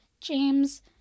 James